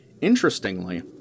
Interestingly